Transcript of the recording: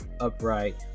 upright